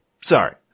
Sorry